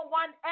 one